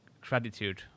gratitude